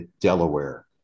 Delaware